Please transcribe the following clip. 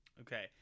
Okay